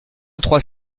trois